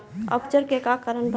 अपच के का कारण बा?